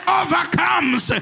overcomes